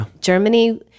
Germany